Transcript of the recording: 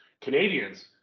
Canadians